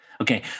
Okay